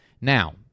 Now